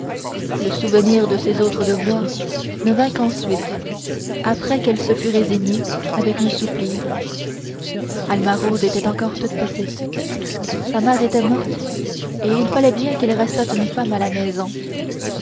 le souvenir de ses autres devoirs ne vint qu'ensuite après qu'elle se fut résignée avec un soupir alma rose était encore toute petite sa mère était morte et il fallait bien qu'il restât une femme à la maison